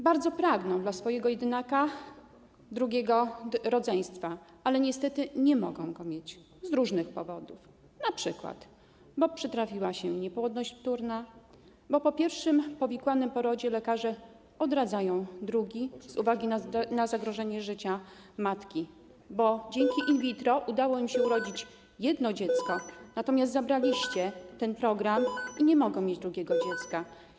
Bardzo pragną dla swojego jedynaka rodzeństwa, ale niestety nie mogą go mieć z różnych powodów, np. bo przytrafiła się niepłodność wtórna, bo po pierwszym powikłanym porodzie lekarze odradzają drugi z uwagi na zagrożenie życia matki, bo dzięki in vitro udało im się urodzić jedno dziecko, natomiast zabraliście ten program i nie mogą mieć drugiego dziecka.